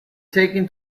taken